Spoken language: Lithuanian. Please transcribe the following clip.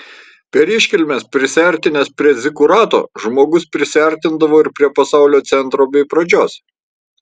per iškilmes prisiartinęs prie zikurato žmogus prisiartindavo ir prie pasaulio centro bei pradžios